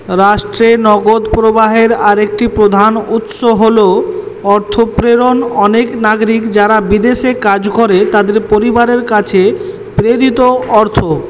রাষ্ট্রে নগদ প্রবাহের আরেকটি প্রধান উৎস হল অর্থপ্রেরণ অনেক নাগরিক যারা বিদেশে কাজ করে তাদের পরিবারের কাছে প্রেরিত অর্থ